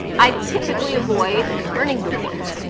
i typically avoid earnings reports.